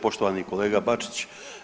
Poštovani kolega Bačić.